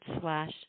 slash